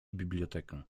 bibliotekę